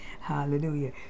hallelujah